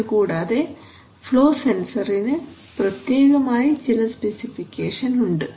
ഇതുകൂടാതെ ഫ്ലോ സെൻസറിനു പ്രത്യേകമായി ചില സ്പെസിഫിക്കേഷൻ ഉണ്ട്